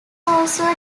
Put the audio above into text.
also